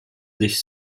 sich